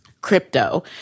crypto